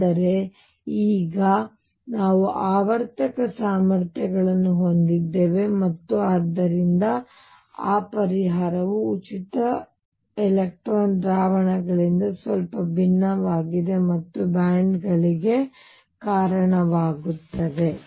ಆದರೆ ಈಗ ನಾವು ಆವರ್ತಕ ಸಾಮರ್ಥ್ಯಗಳನ್ನು ಹೊಂದಿದ್ದೇವೆ ಮತ್ತು ಆದ್ದರಿಂದ ಆ ಪರಿಹಾರವು ಉಚಿತ ಎಲೆಕ್ಟ್ರಾನ್ ದ್ರಾವಣಗಳಿಂದ ಸ್ವಲ್ಪ ಭಿನ್ನವಾಗಿದೆ ಮತ್ತು ಬ್ಯಾಂಡ್ಗಳಿಗೆ ಕಾರಣವಾಗುತ್ತದೆ